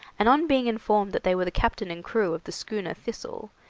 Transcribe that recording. and on being informed that they were the captain and crew of the schooner thistle,